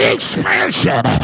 Expansion